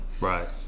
Right